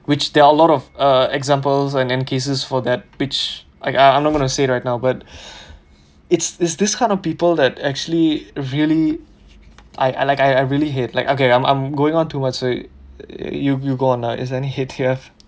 which there are a lot of uh examples and and cases for that which I'm I'm not going to say right now but it's it's this kind of people that actually really I I like I really hate like okay I'm going too much you you go on now is there any hate here